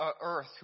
earth